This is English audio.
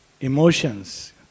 Emotions